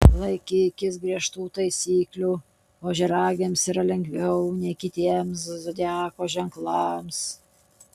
laikytis griežtų taisyklių ožiaragiams yra lengviau nei kitiems zodiako ženklams